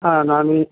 ஆ நான்